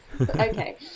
Okay